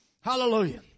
Hallelujah